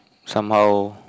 some how